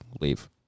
leave